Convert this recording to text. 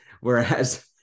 Whereas